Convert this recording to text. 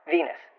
Venus